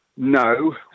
No